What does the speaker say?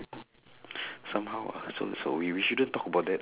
somehow ah so so we we shouldn't talk about that